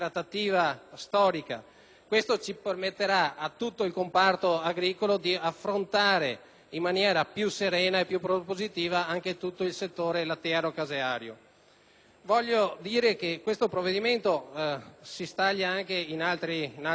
storica e permetterà a tutto il comparto agricolo di affrontare in maniera più serena e propositiva tutte le questioni del settore lattiero-caseario. Voglio dire che questo provvedimento si staglia anche su altri fronti.